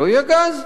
לא יהיה גז.